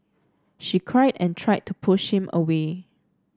she cried and tried to push him away